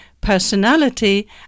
Personality